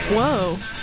Whoa